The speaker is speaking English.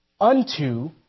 unto